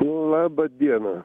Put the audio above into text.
nu labą dieną